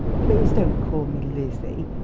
please don't call me lizzie.